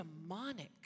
demonic